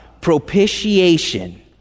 propitiation